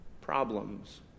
problems